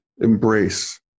embrace